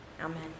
Amen